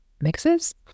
mixes